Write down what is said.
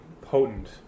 potent